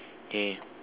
okay